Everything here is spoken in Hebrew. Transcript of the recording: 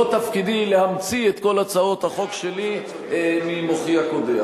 לא תפקידי להמציא את כל הצעות החוק שלי ממוחי הקודח.